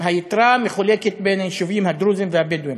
היתרה מחולקת בין היישובים הדרוזיים והבדואיים.